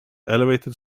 elevated